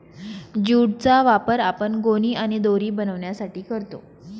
jute चा वापर आपण गोणी आणि दोरी बनवण्यासाठी करतो